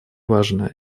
важная